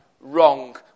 Wrong